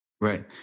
Right